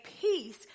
peace